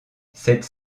cette